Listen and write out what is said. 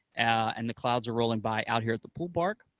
and the clouds are rolling by out here at the pool park,